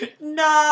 No